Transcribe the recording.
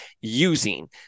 using